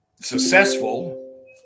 successful